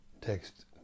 Text